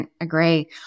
agree